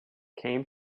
came